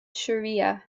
shariah